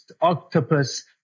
octopus